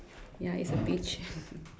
ya it's a beach